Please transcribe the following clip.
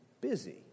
busy